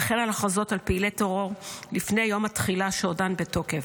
וכן על הכרזות על פעילי טרור לפני יום התחילה שעודן בתוקף.